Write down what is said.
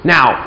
Now